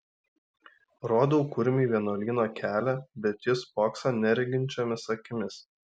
rodau kurmiui vienuolyno kelią bet jis spokso nereginčiomis akimis